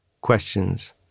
questions